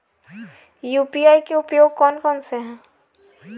UPI के उपयोग कौन कौन से हैं?